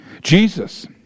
Jesus